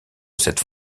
cette